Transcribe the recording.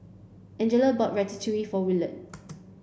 Angela bought Ratatouille for Williard